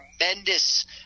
tremendous